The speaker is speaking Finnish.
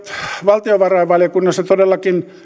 valtiovarainvaliokunnassa todellakin